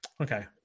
Okay